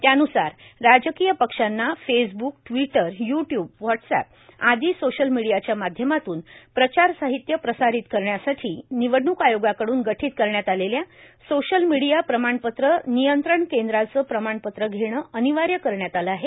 त्यान्सार राजकीय पक्षांना फेसब्क ट्वीटर य्टयूब व्हाट्सअप आदी सोशल मिडीयाच्या माध्यमातून प्रचार साहित्य प्रसारित करण्यासाठी निवडणूक आयोगाकडून गठीत करण्यात आलेल्या सोशल मिडीया प्रमाणपत्र नियंत्रण केंद्राचे प्रमाणपत्र घेणे अनिवार्य करण्यात आले आहे